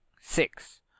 six